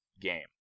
game